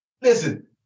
Listen